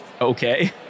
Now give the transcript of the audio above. Okay